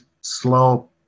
slow